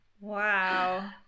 Wow